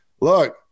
look